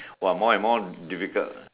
!wah! more and more difficult ah